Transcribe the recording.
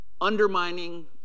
undermining